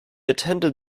attended